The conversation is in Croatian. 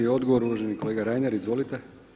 I odgovor uvaženi kolega Reiner, izvolite.